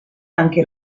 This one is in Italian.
anche